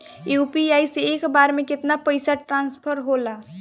UPI से एक बार मे केतना पैसा ट्रस्फर होखे ला?